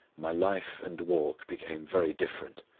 my life and walk became very different.